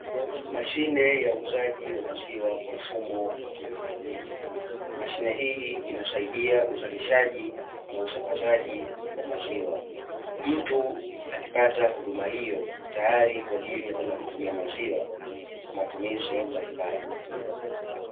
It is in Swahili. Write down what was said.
Mashine ya uuzaji wa maziwa kwa mfumo wa kieletroniki. Mashine hii inasaidia uzalishaji na usambazaji wa maziwa. Mtu akipata huduma hiyo tayari kwa ajili ya kwenda kutumia maziwa kwa matumizi mbalimbali.